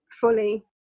fully